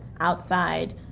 outside